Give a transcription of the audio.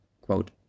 quote